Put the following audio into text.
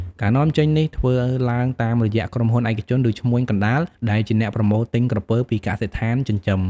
ការនាំចេញនេះធ្វើឡើងតាមរយៈក្រុមហ៊ុនឯកជន ឬឈ្មួញកណ្ដាលដែលជាអ្នកប្រមូលទិញក្រពើពីកសិដ្ឋានចិញ្ចឹម។